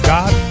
God